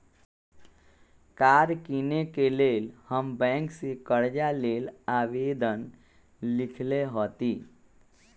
कार किनेके लेल हम बैंक से कर्जा के लेल आवेदन लिखलेए हती